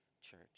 church